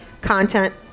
content